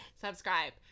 Subscribe